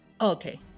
okay